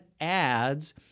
ads